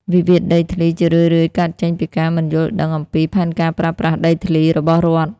វិវាទដីធ្លីជារឿយៗកើតចេញពីការមិនយល់ដឹង អំពី "ផែនការប្រើប្រាស់ដីធ្លី" របស់រដ្ឋ។